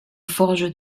forges